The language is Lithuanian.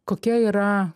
kokie yra